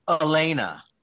Elena